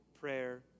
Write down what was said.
prayer